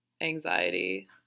anxiety